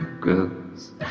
grows